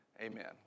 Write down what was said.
Amen